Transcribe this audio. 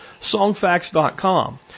songfacts.com